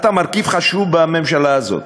אתה מרכיב חשוב בממשלה הזאת,